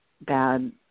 bad